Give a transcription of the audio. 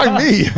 um me?